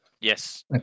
Yes